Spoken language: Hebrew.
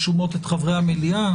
לפני שפרסמתם ברשומות את חברי המליאה?